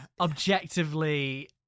Objectively